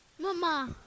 Mama